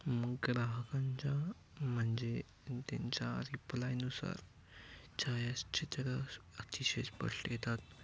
ग्राहकांच्या म्हणजे त्यांच्या रिक्वायरनुसार छायाचित्र अतिशय स्पष्ट येतात